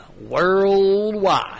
worldwide